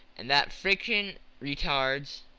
and that friction retards,